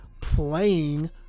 playing